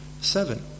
Seven